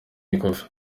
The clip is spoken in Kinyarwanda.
ikofi